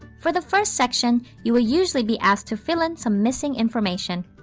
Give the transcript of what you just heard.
for the first section, you will usually be asked to fill in some missing information.